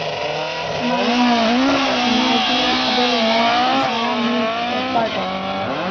ꯃꯂꯥ ꯅꯅꯥꯎꯕꯤ ꯑꯕꯦꯂꯤꯅꯥ ꯑꯁꯥꯔꯥꯅꯤ ꯔꯣꯄ꯭ꯔꯠ